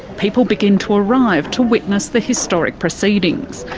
people begin to arrive to witness the historic proceedings.